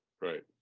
Right